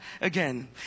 again